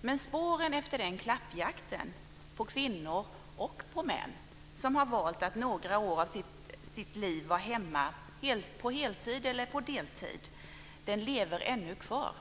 Men spåren efter den klappjakten på kvinnor, och på män, som valt att några år av sitt liv vara hemma på heltid eller på deltid lever ännu kvar.